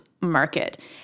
market